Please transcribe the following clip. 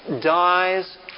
dies